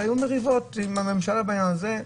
והיו גם מריבות עם הממשלה בעניין הזה,